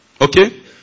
Okay